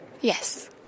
Yes